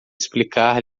explicar